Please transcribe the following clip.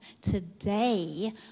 today